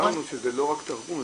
אמרנו שזה לא רק תרגום,